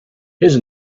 his